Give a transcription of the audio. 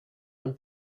ein